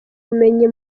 ubumenyi